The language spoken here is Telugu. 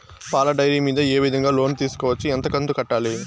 పాల డైరీ మీద ఏ విధంగా లోను తీసుకోవచ్చు? ఎంత కంతు కట్టాలి?